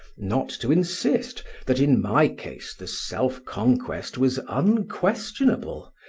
not to insist that in my case the self-conquest was unquestionable,